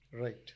Right